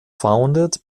founded